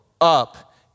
up